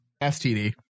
STD